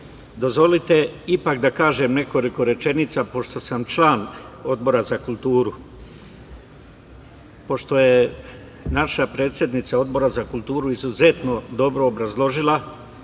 dozvolite ipak da kažem nekoliko rečenica pošto sam član Odbora za kulturu. Pošto je naša predsednica Odbora za kulturu izuzetno dobro obrazložila